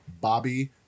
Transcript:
Bobby